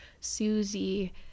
Susie